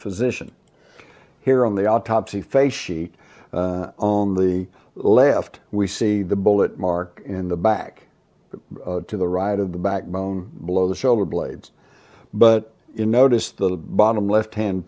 physician here on the autopsy face sheet on the left we see the bullet mark in the back to the right of the backbone below the shoulder blades but you notice the bottom left hand